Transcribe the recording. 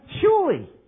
Surely